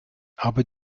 aber